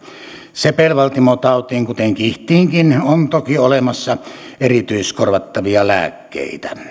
sepelvaltimotautiin kuten kihtiinkin on toki olemassa erityiskorvattavia lääkkeitä